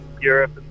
Europe